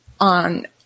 on